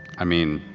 i mean.